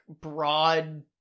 broad